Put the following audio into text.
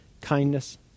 kindness